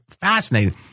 fascinating